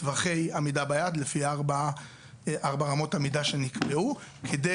טווחי עמידה ביעד לפי ארבע אמות המידה שנקבעו כדי